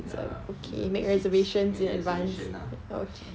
ya make reservations lah